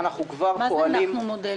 מה זה "הנחנו מודל"?